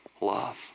love